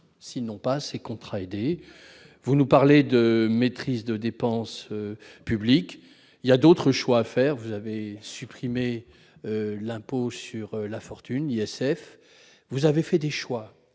elles n'ont pas ces contrats aidés ? Vous nous parlez de maîtrise des dépenses publiques ; il y a d'autres choix à faire. Vous avez supprimé l'impôt de solidarité sur la fortune, l'ISF, vous avez fait des choix.